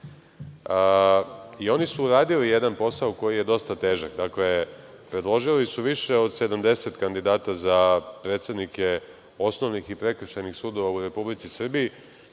i oni su uradili jedan posao koji je dosta težak, dakle, predložili su više od 70 kandidata za predsednike osnovnih i prekršajnih sudova u Republici Srbiji.